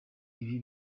ibi